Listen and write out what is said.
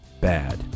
Bad